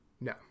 No